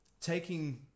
taking